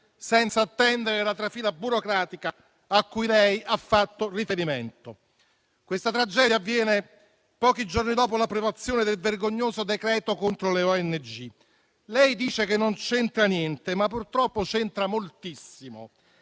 senza attendere la trafila burocratica a cui ha fatto riferimento. Questa tragedia avviene pochi giorni dopo l'approvazione del vergognoso decreto-legge contro le organizzazioni non governative (ONG). Lei dice che non c'entra niente, ma purtroppo c'entra moltissimo,